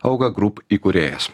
auga group įkūrėjas